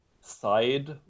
side